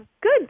good